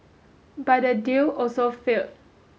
but that deal also failed